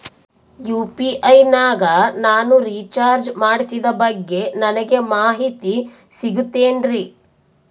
UPI ನಾಗ ನಾನು recharge ಮಾಡಿಸಿದ ಬಗ್ಗೆ ನನಗೆ ಮಾಹಿತಿ ಸಿಗುತೇನ್ರೀ?